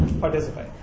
participate